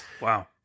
Wow